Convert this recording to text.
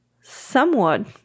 somewhat